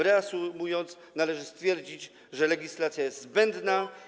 Reasumując, należy stwierdzić, że ta legislacja jest zbędna.